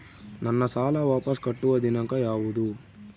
ನಾನು ಸಾಲ ವಾಪಸ್ ಕಟ್ಟುವ ದಿನಾಂಕ ಯಾವುದು?